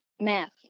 math